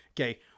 Okay